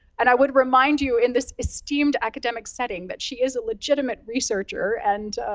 and i would remind you in this esteemed academic setting, that she is a legitimate researcher, and,